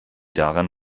daran